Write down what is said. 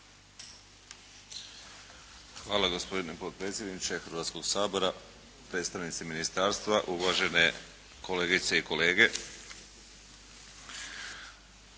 Hvala gospodine potpredsjedniče Hrvatskoga sabora, predstavnici ministarstva, uvažene kolegice i kolege.